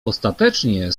ostatecznie